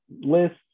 lists